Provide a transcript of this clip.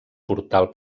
portal